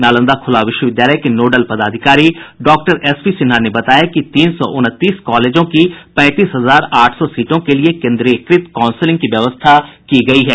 नालंदा खुला विश्वविद्यालय के नोडल पदाधिकारी डॉक्टर एसपी सिन्हा ने बताया कि तीन सौ उनतीस कॉलेजों की पैंतीस हजार आठ सौ सीटों के लिये केन्द्रीयकृत काउंसलिंग की व्यवस्था की गयी है